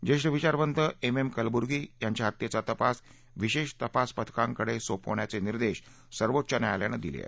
ज्येष्ठ विचारवंत M M कलवूर्गी यांच्या हत्येचा तपास विशेष तपास पथकांकडे सोपवण्याचे निर्देश सर्वोच्च न्यायालयानं दिले आहेत